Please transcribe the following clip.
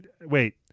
Wait